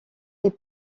est